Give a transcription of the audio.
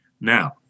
Now